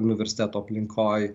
universiteto aplinkoj